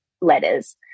letters